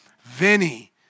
Vinny